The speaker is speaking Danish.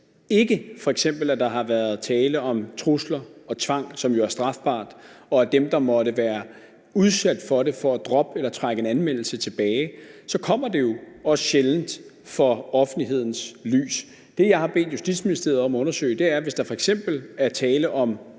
ikke der f.eks. har været tale om trusler og tvang, som jo er strafbart, og hvis ikke dem, der har været udsat for det får et drop eller trækker en anmeldelse tilbage, så kommer det jo også sjældent til offentlighedens kendskab. Det, jeg har bedt Justitsministeriet om at undersøge, er, hvis der f.eks. er tale om